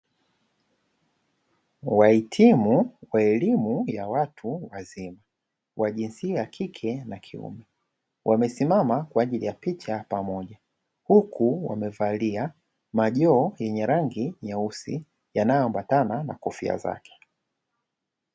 Wahitimu wa elimu ya watu wazima wa jinsia ya kike na kiume wamesimama kwa ajili ya picha pamoja, huku wamevalia majoho yenye rangi nyeusi yanayoambatana na kofia zake.